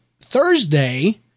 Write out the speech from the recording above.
Thursday